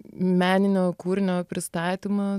meninio kūrinio pristatymą